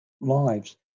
lives